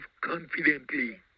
confidently